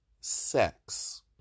sex